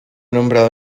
nombrado